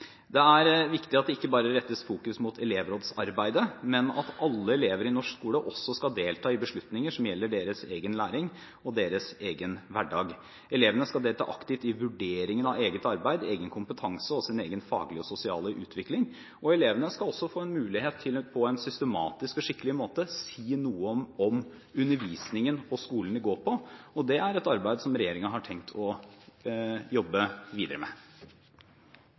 Det er viktig at det ikke bare fokuseres på elevrådsarbeidet, men at alle elever i norsk skole også skal delta i beslutninger som gjelder deres egen læring og deres egen hverdag. Elevene skal delta aktivt i vurderingen av eget arbeid, egen kompetanse og egen faglig og sosial utvikling, og elevene skal også få en mulighet til på en systematisk og skikkelig måte å si noe om undervisningen og skolen de går på, og det er et arbeid som regjeringen har tenkt å jobbe videre med.